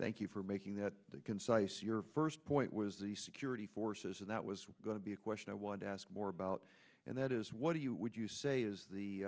thank you for making that concise your first point was the security forces and that was going to be a question i wanted to ask more about and that is what do you would you say is the